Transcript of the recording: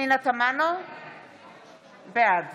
בעד